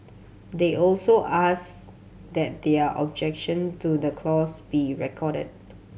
they also ask that their objection to the clause be recorded